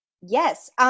Yes